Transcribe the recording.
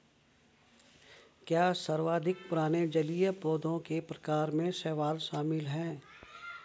क्या सर्वाधिक पुराने जलीय पौधों के प्रकार में शैवाल शामिल है?